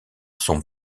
son